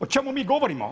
O čemu mi govorimo?